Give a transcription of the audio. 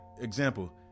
example